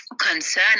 concern